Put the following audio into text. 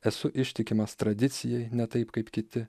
esu ištikimas tradicijai ne taip kaip kiti